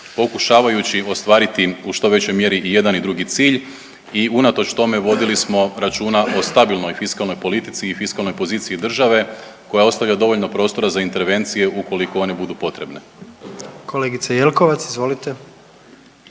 pokušavajući ostvariti u što većoj mjeri i jedan i drugi cilj i unatoč tome vodili smo računa o stabilnoj fiskalnoj politici i fiskalnoj poziciji države koja ostavlja dovoljno prostora za intervencije ukoliko one budu potrebne. **Jandroković, Gordan